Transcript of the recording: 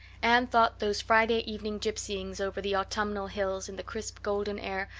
anne thought those friday evening gypsyings over the autumnal hills in the crisp golden air,